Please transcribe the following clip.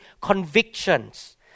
convictions